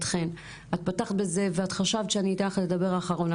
את פתחת בזה ואת חשבת שאני אתן לך לדבר אחרונה,